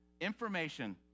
Information